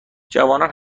جوانان